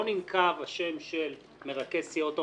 לא ננקב השם של מרכז סיעות האופוזיציה.